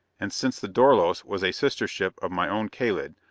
and since the dorlos was a sister ship of my own kalid,